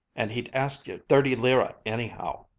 and he'd ask you thirty lire, anyhow.